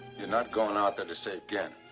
you're not going out there to save gannon.